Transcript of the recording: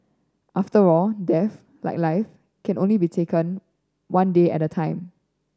after all death like life can only be taken only one day at a time